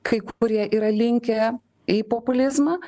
kai kurie yra linkę į populizmą